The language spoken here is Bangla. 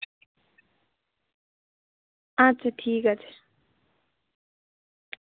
আচ্ছা ঠিক আছে